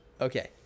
Okay